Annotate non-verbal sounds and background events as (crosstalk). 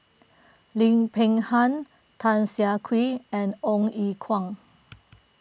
Lim Peng Han Tan Siah Kwee and Ong Ye Kung (noise)